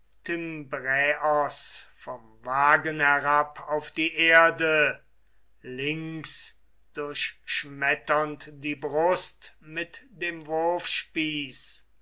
vom wagen herab auf die erde links durchschmetternd die brust mit dem wurfspieß